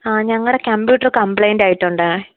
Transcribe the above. ആ ഞങ്ങളുടെ computer complaint ആയിട്ടുണ്ട്